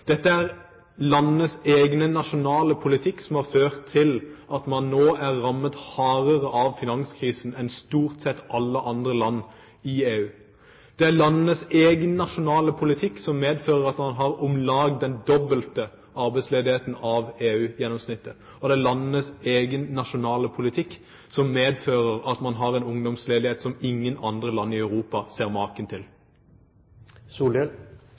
er landenes egen nasjonale politikk som har ført til at man nå er rammet hardere av finanskrisen enn stort sett alle andre land i EU. Det er landenes egen nasjonale politikk som medfører at man har om lag den dobbelte arbeidsledigheten av EU-gjennomsnittet, og det er landenes egen nasjonale politikk som medfører at man har en ungdomsledighet som ingen andre land i Europa ser maken